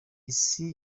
isi